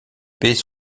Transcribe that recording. baies